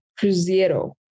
Cruzeiro